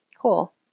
Cool